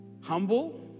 humble